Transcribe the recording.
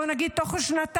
בואו נגיד: תוך שנתיים,